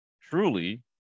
truly